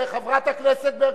חברת הכנסת ברקוביץ,